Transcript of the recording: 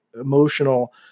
emotional